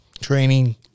training